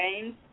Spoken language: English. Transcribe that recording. games